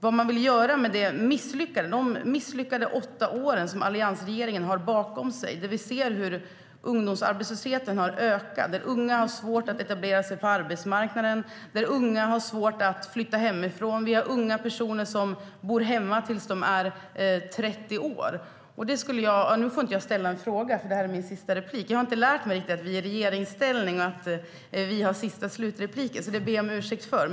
Vad vill ni göra med de misslyckade åtta år som alliansregeringen har bakom sig? Vi ser hur ungdomsarbetslösheten har ökat, att unga har svårt att etablera sig på arbetsmarknaden och att unga har svårt att flytta hemifrån. Vi har unga personer som bor hemma tills de är 30 år. Nu får inte jag ställa någon fråga, för det här är min sista replik. Jag har inte riktigt lärt mig att vi är i regeringsställning och att vi har den sista slutrepliken, och det ber jag om ursäkt för.